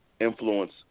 influence